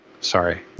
sorry